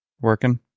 Working